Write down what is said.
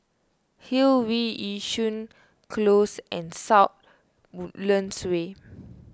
Hillview Yishun Close and South Woodlands Way